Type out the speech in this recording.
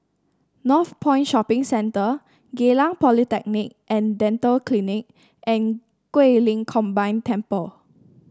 Northpoint Shopping Centre Geylang Polyclinic and Dental Clinic and Guilin Combined Temple